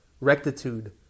rectitude